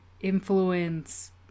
influence